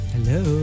Hello